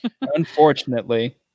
Unfortunately